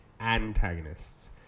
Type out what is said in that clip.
antagonists